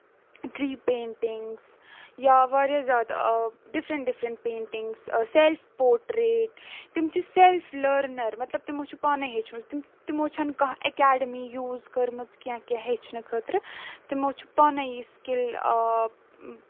tree paintings یا واریاہ زیادٕ different different paintings self portrait تِم چھِ سیلَف لٔرنر مطلب تِمو چھُ پانے ہیٚچھمٕژ تِمو چھَنہٕ کانٛہہ ایٚکیڈِمی یوٗز کٔرمٕژ کیٚنٛہہ کیٚنٛہہ ہیٚچھنہٕ خٲطرٕ تِمو چھُ پانے یہِ سِکِل آ